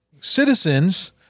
citizens